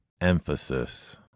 emphasis